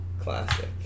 Classic